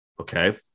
okay